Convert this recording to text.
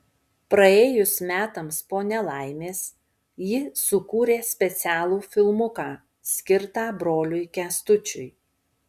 praėjus metams po nelaimės ji sukūrė specialų filmuką skirtą broliui kęstučiui